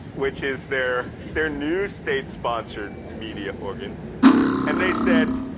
which is their their new state-sponsored media organ and they said,